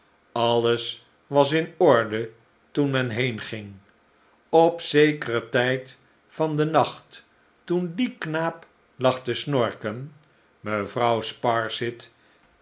alles was in orde toen men heenging op zekeren tijd van den nacht toen die knaap lag te snorken mevrouw sparsit